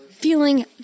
feeling